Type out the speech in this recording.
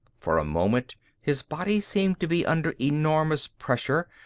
for a moment his body seemed to be under enormous pressure,